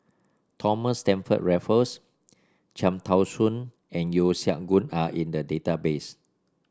Thomas Stamford Raffles Cham Tao Soon and Yeo Siak Goon are in the database